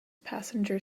passenger